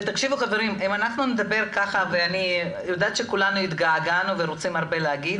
אני יודעת שכולנו התגעגענו ורוצים להגיב,